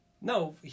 No